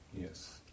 Yes